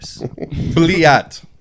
Bliat